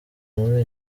muri